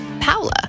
Paula